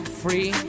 free